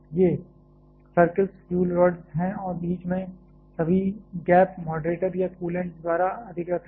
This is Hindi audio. ये सर्कल फ्यूल रोड्स हैं और बीच में सभी गैप मॉडरेटर या कूलेंट द्वारा अधिकृत हैं